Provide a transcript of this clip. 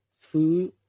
food